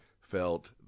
felt